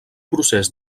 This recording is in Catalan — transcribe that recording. procés